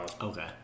okay